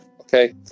okay